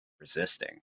resisting